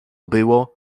było